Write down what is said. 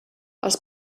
els